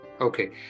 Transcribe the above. Okay